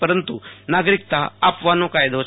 પરંતુ નાગરીકતા આપવાનો કાયદો છે